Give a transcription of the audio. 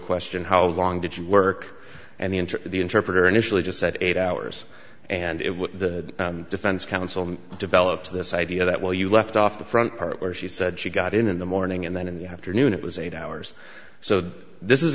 question how long did you work and the enter the interpreter initially just at eight hours and it was the defense counsel developed this idea that well you left off the front part where she said she got in in the morning and then in the afternoon it was eight hours so this